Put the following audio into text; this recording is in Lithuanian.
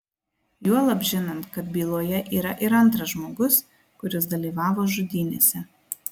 juolab žinant kad byloje yra ir antras žmogus kuris dalyvavo žudynėse